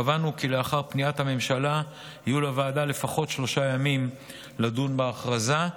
קבענו כי לאחר פניית הממשלה יהיו לוועדה לפחות שלושה ימים לדון בהכרזה,